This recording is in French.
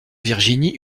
virginie